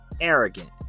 arrogant